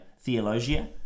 Theologia